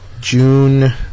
June